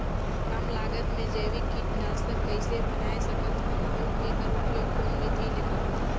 कम लागत मे जैविक कीटनाशक कइसे बनाय सकत हन अउ एकर उपयोग कौन विधि ले करबो?